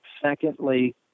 Secondly